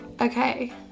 Okay